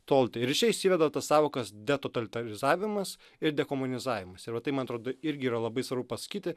tolti ir iš čia išsiveda tas sąvokas detotalizavimas ir dekomunizavimas ir va tai man atrodo irgi yra labai svarbu pasakyti